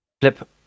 flip